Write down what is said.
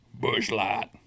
Bushlight